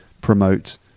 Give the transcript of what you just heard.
promote